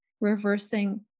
reversing